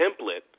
template